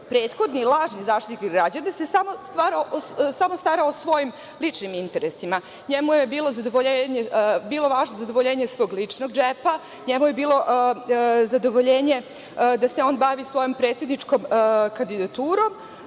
Prethodni, lažni Zaštitnik građana se samo starao o svojim ličnim interesima. NJemu je bilo važno zadovoljenje svog ličnog džepa, njemu je bilo zadovoljenje da se on bavi svojom predsedničkom kandidaturom,